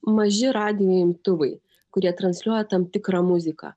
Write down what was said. maži radijo imtuvai kurie transliuoja tam tikrą muziką